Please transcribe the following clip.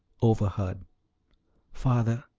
overheard father,